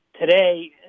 today